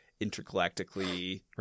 intergalactically